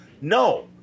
no